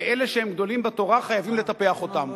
ואלה שהם גדולים בתורה חייבים לטפח אותם,